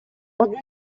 одне